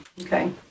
okay